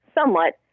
somewhat